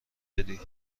دادی